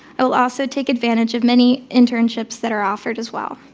i will also take advantage of many internships that are offered as well.